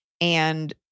And-